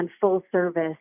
full-service